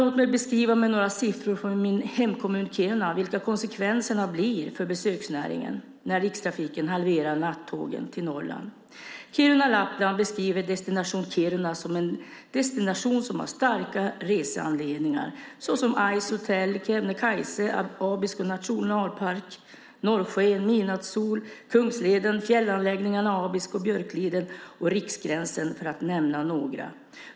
Låt mig med några siffror från min hemkommun Kiruna beskriva vilka konsekvenserna blir för besöksnäringen när Rikstrafiken halverar nattågstrafiken till Norrland. Kiruna i Lappland beskriver destination Kiruna som en destination som har starka reseanledningar, såsom Ice Hotel, Kebnekaise, Abisko nationalpark, norrsken, midnattssol, Kungsleden, fjällanläggningarna Abisko och Björkliden och Riksgränsen för att nämna några.